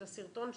את הסרטון.